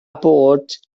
bod